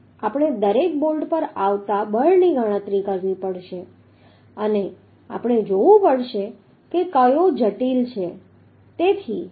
આપણે દરેક બોલ્ટ પર આવતા બળની ગણતરી કરવી પડશે અને આપણે જોવું પડશે કે કયો એક જટિલ છે